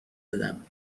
بدم